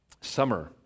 summer